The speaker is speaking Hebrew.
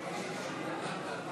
הראיות (דרישת הסיוע להרשעה על-פי הודיה),